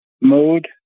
mode